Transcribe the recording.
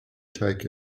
take